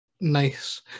nice